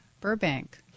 Burbank